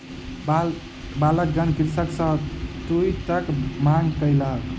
बालकगण कृषक सॅ तूईतक मांग कयलक